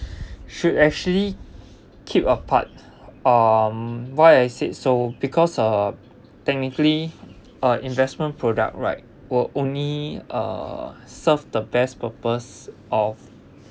should actually keep apart uh why I said so because uh technically uh investment product right we're only uh serve the best purpose of